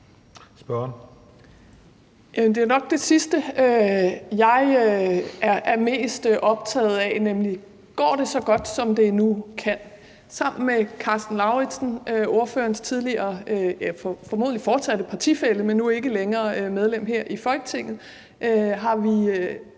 Det er nok det sidste, jeg er mest optaget af, nemlig: Går det så godt, som det nu kan? Sammen med hr. Karsten Lauritzen, ordførerens tidligere eller formentlig fortsatte partifælle, men nu ikke længere medlem her i Folketinget, har vi